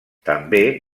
també